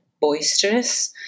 boisterous